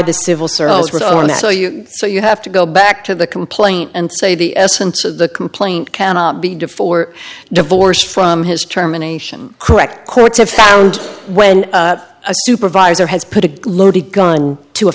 service so you have to go back to the complaint and say the essence of the complaint cannot be deformed divorced from his terminations correct courts have found when a supervisor has put a loaded gun to a